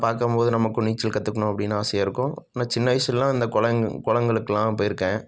பார்க்கம்போது நமக்கும் நீச்சல் கற்றுக்கணும் அப்படின்னு ஆசையாக இருக்கும் நான் சின்ன வயசுலெல்லாம் இந்த குளங்க் குளங்களுக்கெல்லாம் போயிருக்கேன்